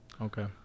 Okay